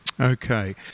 Okay